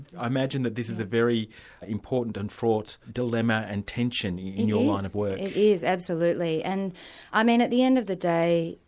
i imagine that this is a very important and fraught dilemma and tension in your line of work. it is, absolutely. and i mean at the end of the day,